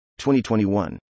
2021